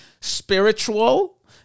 spiritual